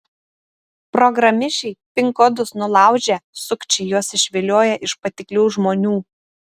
programišiai pin kodus nulaužia sukčiai juos išvilioja iš patiklių žmonių